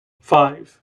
five